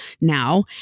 now